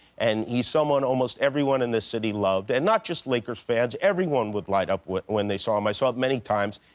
and he's someone almost everyone in the city loved. and not just lakers fans. everyone would light up when they saw him. i saw many times.